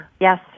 Yes